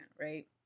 right